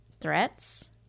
threats